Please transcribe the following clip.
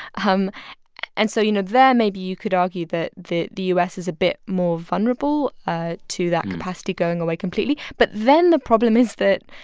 um and so, you know, there, maybe you could argue that the the u s. is a bit more vulnerable ah to that capacity going away completely. but then the problem is that,